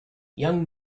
young